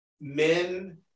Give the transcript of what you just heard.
men